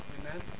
amen